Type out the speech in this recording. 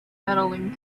medaling